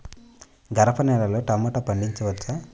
గరపనేలలో టమాటా పండించవచ్చా?